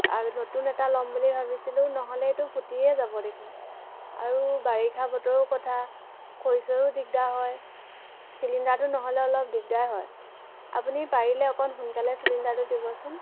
নতুন এটা ল'ম বুলি ভাবিছিলোঁ নহ'লে এইটো ফুটিয়ে যাব দেখোন আৰু বাৰিষা বতৰো কথা খৰি ছয়িয়ো দিগদাৰ হয় চিলিণ্ডাৰটো নহ'লে অলপ দিগদাৰ হয় আপুনি পাৰিলে অকণ সোনকালে চিলিণ্ডাৰটো দিবচোন